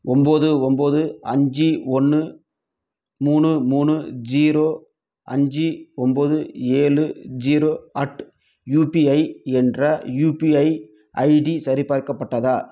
ஒன்போது ஒன்போது அஞ்சு ஒன்று மூணு மூணு ஜீரோ அஞ்சு ஒன்போது ஏழு ஜீரோ அட் யுபிஐ என்ற யுபிஐ ஐடி சரிபார்க்கப்பட்டதா